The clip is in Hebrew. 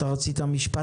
רצית לומר משפט?